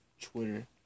Twitter